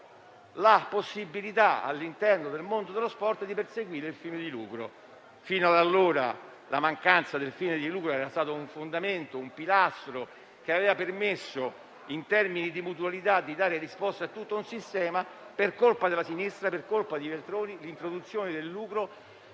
lucro all'interno del mondo dello sport. Fino ad allora la mancanza del fine di lucro era stato un fondamento, un pilastro, che aveva permesso in termini di mutualità di dare risposta a tutto un sistema. Per colpa della sinistra, per colpa di Veltroni, l'introduzione del lucro